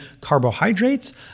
carbohydrates